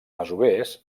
masovers